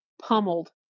pummeled